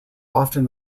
often